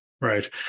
Right